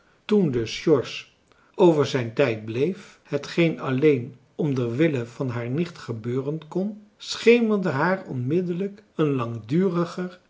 toen dus george over zijn tijd bleef hetgeen alleen om der wille van haar nicht gebeuren kon schemerde haar onmiddelijk een langduriger